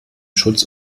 schutz